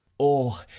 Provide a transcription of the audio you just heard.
or,